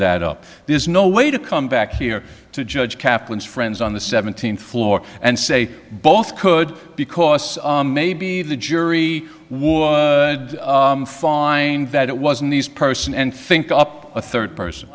that up there's no way to come back here to judge kaplan's friends on the seventeenth floor and say both could because maybe the jury would find that it was a nice person and think up a third person